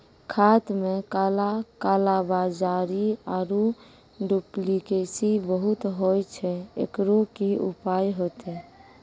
खाद मे काला कालाबाजारी आरु डुप्लीकेसी बहुत होय छैय, एकरो की उपाय होते?